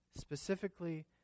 specifically